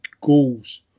goals